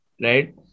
Right